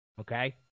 Okay